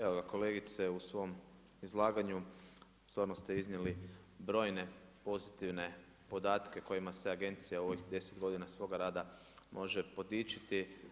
Evo ga, kolegice, u svom izlaganju, stvarno ste iznijeli brojne pozitivne podatke kojima se agencija u ovih 10 godina svog rada može podičiti.